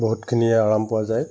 বহুতখিনি আৰাম পোৱা যায়